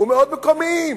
ומאוד מקומיים.